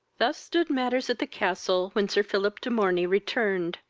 thus stood matters at the castle, when sir philip de morney returned,